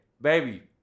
baby